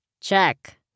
Check